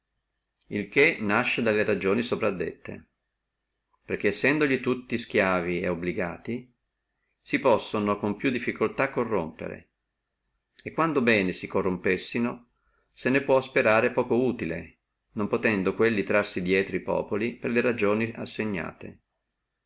il che nasce dalle ragioni sopradette perché sendoli tutti stiavi et obbligati si possono con più difficultà corrompere e quando bene si corrompessino se ne può sperare poco utile non possendo quelli tirarsi drieto e populi per le ragioni assignate